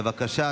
בבקשה.